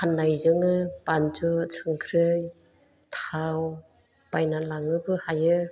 फाननायजोंनो बानजुथ संख्रै थाव बायनानै लांनोबो हायो